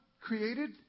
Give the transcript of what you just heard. created